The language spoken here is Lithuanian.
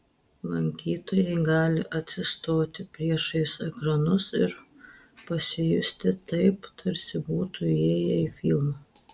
lankytojai gali atsistoti priešais ekranus ir pasijusti taip tarsi būtų įėję į filmą